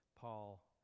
Paul